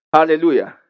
Hallelujah